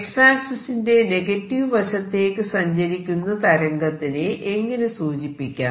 X ആക്സിസിന്റെ negative വശത്തേക്ക് സഞ്ചരിക്കുന്ന തരംഗത്തിനെ എങ്ങനെ സൂചിപ്പിക്കാം